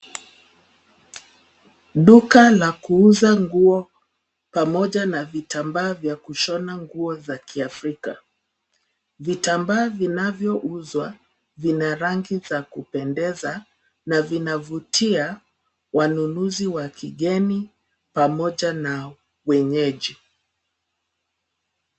Duka la kuuza nguo pamoja na vitambaa za kushona nguo za kiafrika. Vitambaa vinavyouzwa, vina rangi za kupendeza na vina vutia wanunuzi wa kingeni pamoja na wenyeji.